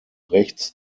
rechts